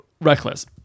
Reckless